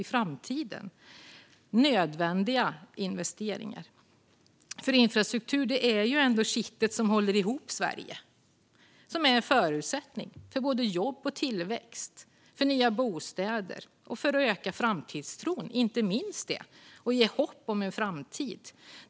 Det handlar om nödvändiga investeringar. Infrastruktur är kittet som håller ihop Sverige. Det är en förutsättning för jobb och tillväxt, för nya bostäder och inte minst för att öka framtidstron.